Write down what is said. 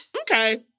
okay